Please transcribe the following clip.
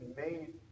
made